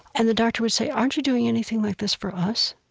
and the doctor would say, aren't you doing anything like this for us?